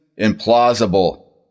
implausible